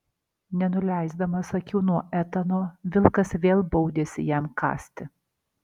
nenuleisdamas akių nuo etano vilkas vėl baudėsi jam kąsti